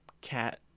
cat